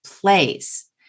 place